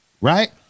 right